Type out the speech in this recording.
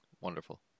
Wonderful